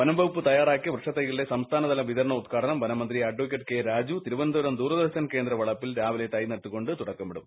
വനംവകുപ്പ് തയ്യാറാക്കിയ വൃക്ഷത്തൈകളുടെ സംസ്ഥാനതല വിതരണത്തിന് വനംമന്ത്രി അഡ്വ കെ രാജു തിരുവനന്തപുരം ദൂരദർശൻ കേന്ദ്രവളപ്പിൽ രാവിലെ തൈ നട്ടുകൊണ്ട് തുടക്കമിടും